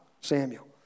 Samuel